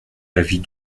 l’avis